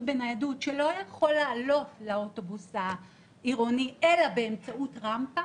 בניידות שלא יכול לעלות לאוטובוס העירוני אלא באמצעות רמפה,